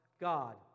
God